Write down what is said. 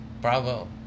bravo